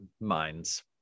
minds